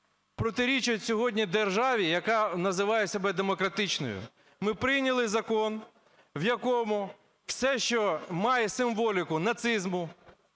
протирічать сьогодні державі ,яка називає себе демократичною. Ми прийняли закон, в якому все, що має символіку нацизму,